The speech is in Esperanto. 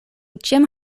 ĉiam